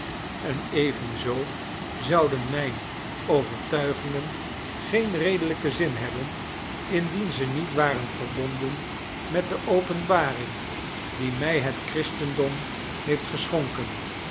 en evenzoo zouden mijn overtuigingen geen redelijken zin hebben indien ze niet waren verbonden met de openbaring die mij het christendom heeft geschonken